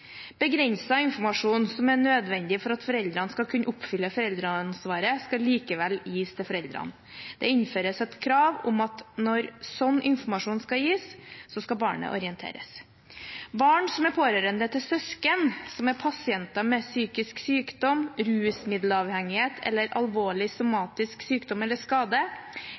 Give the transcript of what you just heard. Begrenset informasjon som er nødvendig for at foreldrene skal kunne oppfylle foreldreansvaret, skal likevel gis til foreldrene. Det innføres et krav om at når slik informasjon skal gis, skal barnet orienteres. Barn som er pårørende til søsken som er pasienter med psykisk sykdom, rusmiddelavhengighet eller alvorlig somatisk sykdom eller skade,